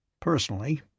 Personally